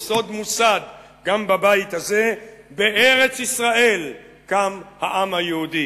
יסוד מוסד גם בבית הזה: "בארץ-ישראל קם העם היהודי".